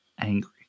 angry